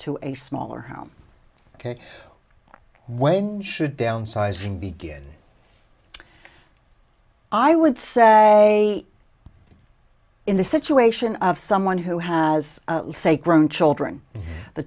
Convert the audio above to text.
to a smaller home ok when should downsizing be good i would say in the situation of someone who has grown children the